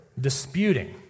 disputing